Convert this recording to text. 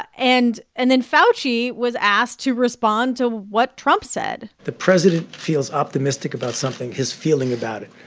and and then fauci was asked to respond to what trump said the president feels optimistic about something his feeling about it.